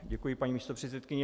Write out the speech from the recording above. Děkuji, paní místopředsedkyně.